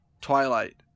Twilight